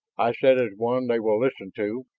i sit as one they will listen to.